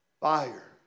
Fire